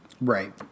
Right